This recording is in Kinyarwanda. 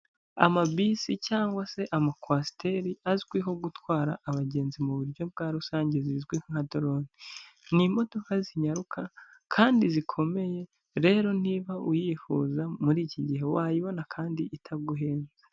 Amabisi cyangwa se amakwasiteri, azwiho gutwara abagenzi mu buryo bwa rusange zizwi nka dorone, ni imodoka zinyaruka kandi zikomeye, rero niba uyifuza muri iki gihe wayibona kandi itaguhenze.